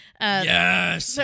yes